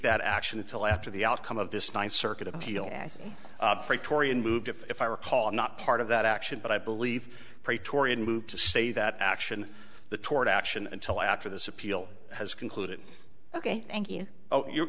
that action until after the outcome of this ninth circuit appeal i think praetorian moved if i recall not part of that action but i believe praetorian move to say that action the toward action until after this appeal has concluded ok thank you you're